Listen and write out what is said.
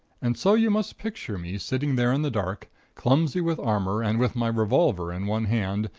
and so you must picture me sitting there in the dark clumsy with armor, and with my revolver in one hand,